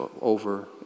over